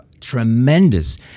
tremendous